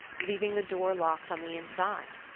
leaving the door locked on the inside?